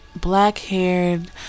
black-haired